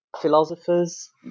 philosophers